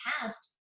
past